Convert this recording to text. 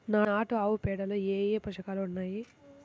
నాటు ఆవుపేడలో ఏ ఏ పోషకాలు ఉన్నాయి?